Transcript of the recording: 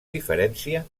diferència